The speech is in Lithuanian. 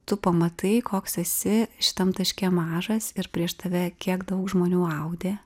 tu pamatai koks esi šitam taške mažas ir prieš tave kiek daug žmonių audė